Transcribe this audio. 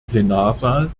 plenarsaal